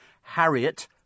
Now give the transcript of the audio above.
Harriet